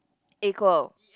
equal